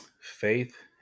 Faith